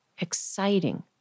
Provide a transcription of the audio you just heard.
exciting